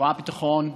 ברצועת הביטחון,